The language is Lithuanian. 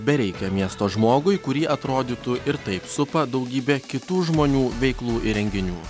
bereikia miesto žmogui kurį atrodytų ir taip supa daugybė kitų žmonių veiklų ir renginių